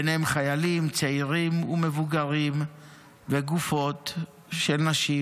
ביניהם חיילים, צעירים, מבוגרים וגופות של נשים.